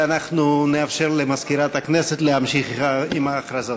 אנחנו נאפשר למזכירת הכנסת להמשיך בהודעה.